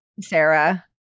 Sarah